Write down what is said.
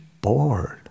bored